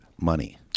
money